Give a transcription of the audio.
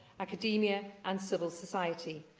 academia and civil society.